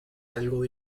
algo